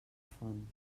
font